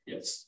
Yes